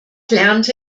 lernte